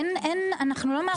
אין, אנחנו לא מערבבים.